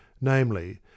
namely